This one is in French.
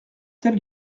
tels